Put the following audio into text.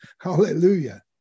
Hallelujah